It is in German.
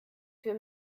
für